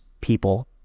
people